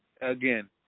again